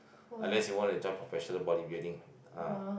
unless you want to join professional body building ah